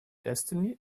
destiny